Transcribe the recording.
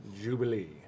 Jubilee